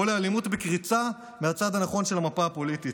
או לאלימות בקריצה מהצד הנכון של המפה הפוליטית?